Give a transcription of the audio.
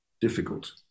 difficult